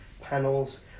panels